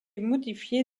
modifié